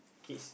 kids